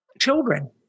children